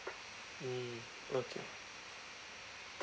mm okay